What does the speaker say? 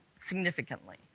significantly